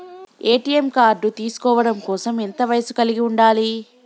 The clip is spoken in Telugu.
ఏ.టి.ఎం కార్డ్ తీసుకోవడం కోసం ఎంత వయస్సు కలిగి ఉండాలి?